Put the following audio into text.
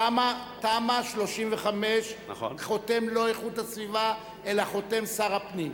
לפי תמ"א 35 חותם לא איכות הסביבה אלא חותם שר הפנים.